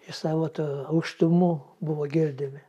iš savo tų aukštumų buvo girdimi